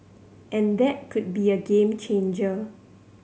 and that could be a game changer